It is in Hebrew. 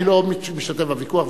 אני לא משתתף בוויכוח.